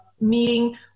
meeting